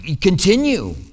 Continue